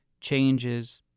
changes